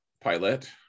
Pilot